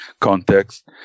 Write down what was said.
context